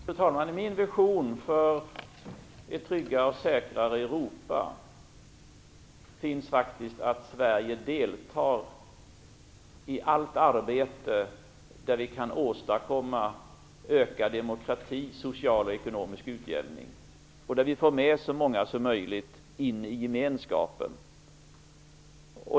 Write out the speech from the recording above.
Fru talman! I min vision för ett tryggare och säkrare Europa finns faktiskt att Sverige deltar i allt arbete där vi kan åstadkomma ökad demokrati samt social och ekonomisk utjämning och där vi får så många som möjligt med i gemenskapen.